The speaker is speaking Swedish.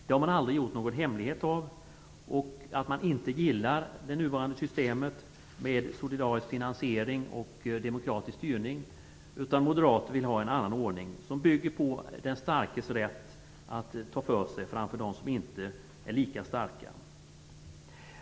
De har aldrig gjort någon hemlighet av att man inte gillar det nuvarande systemet med solidarisk finansiering och demokratisk styrning. Moderaterna vill ha en annan ordning som bygger på den starkes rätt att ta för sig framför dem som inte är lika starka.